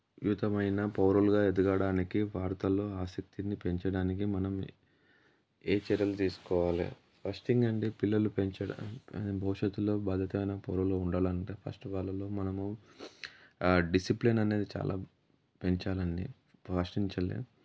వితమైన పౌరులుగా ఎదగడానికి వార్తల్లో ఆసక్తిని పెంచడానికి మనం ఏ చర్యలు తీసుకోవాలి ఫస్ట్ థింగ్ అండి పిల్లలు పెంచ భవిష్యత్తులో బాధ్యతమైన పౌరులుగా ఉండాలంటే ఫస్ట్ వాళ్ళలో మనము డిసిప్లేన్ అనేది చాలా పెంచాలి అండి ఫస్ట్ నుంచి